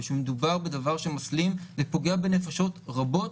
שמדובר בדבר שמסלים ופוגע בנפשות רבות,